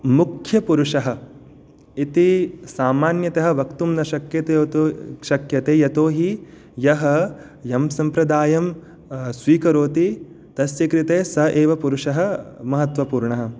मुख्यपुरुषः इति सामान्यतः वक्तुं न शक्यते यत् शक्यते यतोहि यः यं सम्प्रदायं स्वीकरोति तस्य कृते स एव पुरुषः महत्वपूर्णः